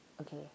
Okay